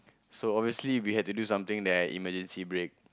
so obviously we had to do something then I emergency brake